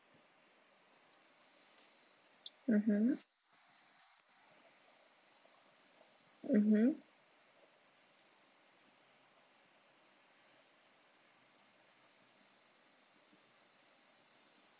mmhmm mmhmm